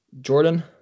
Jordan